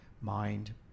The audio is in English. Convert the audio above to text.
mind